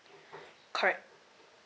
correct